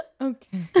okay